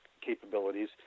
capabilities –